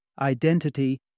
identity